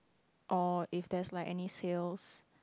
or if there is like any sales